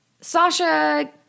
Sasha